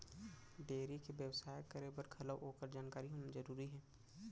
dairy के बेवसाय करे बर घलौ ओकर जानकारी होना जरूरी हे